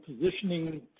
positioning